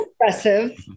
impressive